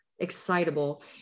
excitable